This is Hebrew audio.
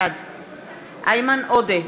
בעד איימן עודה,